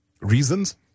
Reasons